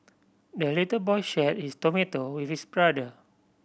the little boy shared his tomato with his brother